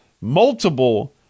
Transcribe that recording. multiple